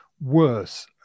worse